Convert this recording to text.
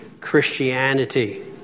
Christianity